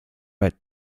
red